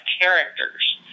characters